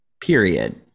Period